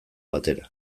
batera